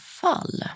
fall